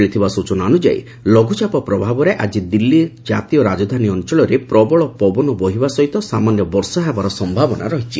ମିଳିଥିବା ସ୍ବଚନା ଅନୁଯାୟୀ ଲଘୁଚାପ ପ୍ରଭାବରେ ଆକ୍କି ଦିଲ୍ଲୀ ଜାତୀୟ ରାଜଧାନୀ ଅଞ୍ଚଳରେ ପ୍ରବଳ ପବନ ବହିବା ସହିତ ସାମାନ୍ୟ ବର୍ଷା ହେବାର ସମ୍ଭାବନା ରହିଛି